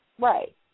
right